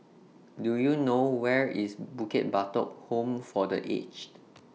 Do YOU know Where IS Bukit Batok Home For The Aged